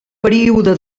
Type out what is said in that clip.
període